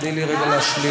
תני לי רגע להשלים.